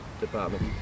Department